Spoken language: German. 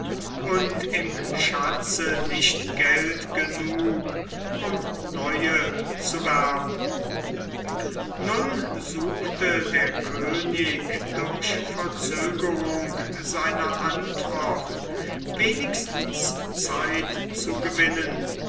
und im schatze nicht geld genug um neue zu werben noch suchte der könig durch verzögerung seiner antwort wenigstens zeit zu gewinnen